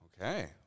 Okay